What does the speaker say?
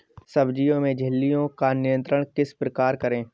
सब्जियों में इल्लियो का नियंत्रण किस प्रकार करें?